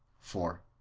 for,